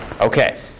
Okay